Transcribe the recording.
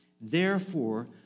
Therefore